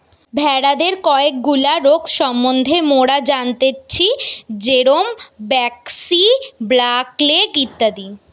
ভেড়াদের কয়েকগুলা রোগ সম্বন্ধে মোরা জানতেচ্ছি যেরম ব্র্যাক্সি, ব্ল্যাক লেগ ইত্যাদি